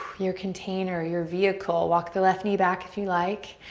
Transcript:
your container, your vehicle. walk the left knee back if you like.